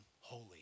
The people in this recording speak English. holy